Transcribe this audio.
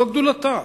וזאת גדולתה,